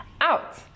out